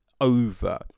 over